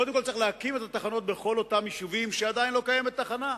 קודם כול צריך להקים תחנה בכל אותם יישובים שעדיין לא קיימת תחנה,